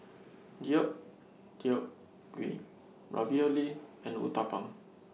Deodeok Gui Ravioli and Uthapam